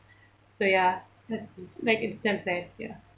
so ya that's like it's damn sad ya